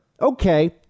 Okay